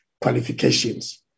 qualifications